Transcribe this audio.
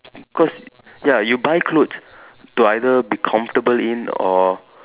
cause ya you buy clothes to either be comfortable in or